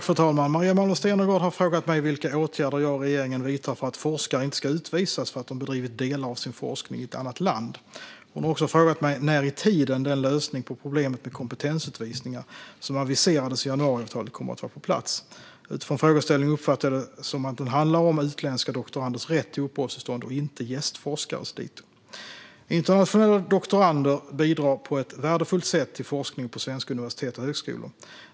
Fru talman! Maria Malmer Stenergard har frågat mig vilka åtgärder jag och regeringen vidtar för att forskare inte ska utvisas för att de bedrivit delar av sin forskning i ett annat land. Hon har också frågat mig när i tiden den lösning på problemet med kompetensutvisningar som aviserades i januariavtalet kommer att vara på plats. Utifrån frågeställningen uppfattar jag det som att den handlar om utländska doktoranders rätt till uppehållstillstånd och inte gästforskares dito. Internationella doktorander bidrar på ett värdefullt sätt till forskningen på svenska universitet och högskolor.